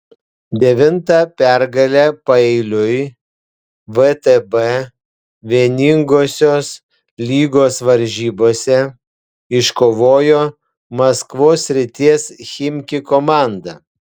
devintą pergalę paeiliui vtb vieningosios lygos varžybose iškovojo maskvos srities chimki komanda